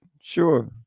sure